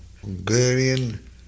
Hungarian